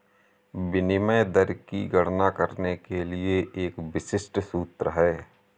विनिमय दर की गणना करने के लिए एक विशिष्ट सूत्र है